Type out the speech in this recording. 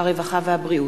הרווחה והבריאות.